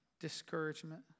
discouragement